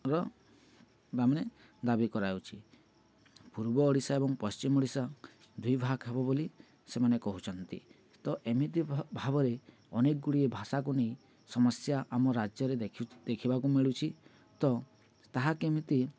ର ମାନେ ଦାବି କରାଯାଉଛି ପୂର୍ବ ଓଡ଼ିଶା ଏବଂ ପଶ୍ଚିମ ଓଡ଼ିଶା ଦୁଇ ଭାଗ ହେବ ବୋଲି ସେମାନେ କହୁଛନ୍ତି ତ ଏମିତି ଭାବରେ ଅନେକ ଗୁଡ଼ିଏ ଭାଷାକୁ ନେଇ ସମସ୍ୟା ଆମ ରାଜ୍ୟରେ ଦେଖ ଦେଖିବାକୁ ମିଳୁଛି ତ ତାହା କେମିତି